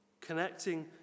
Connecting